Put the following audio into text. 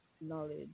knowledge